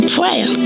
prayer